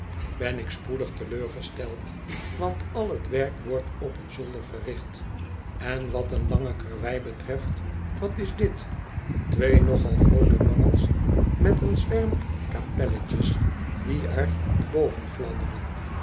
ben ik spoedig teleurgesteld want al t werk wordt op een zolder verricht bn wat een lange karwei betreft wat is dit twee nogal groote mangels met een zwerm kapelletjes die er boven fladderen